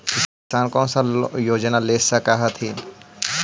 किसान कोन सा योजना ले स कथीन?